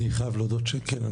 אני חייב להודות שכן,